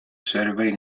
survey